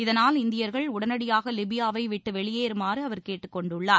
அதனால் இந்தியர்கள் உடனடியாக லிபியாவைவிட்டு வெளியேறுமாறு அவர் கேட்டுக் கொண்டுள்ளார்